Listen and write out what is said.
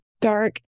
dark